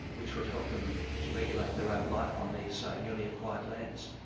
which would help them to regulate their own life on these newly-acquired lands.